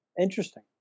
Interesting